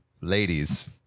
ladies